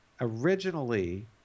Originally